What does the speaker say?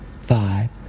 five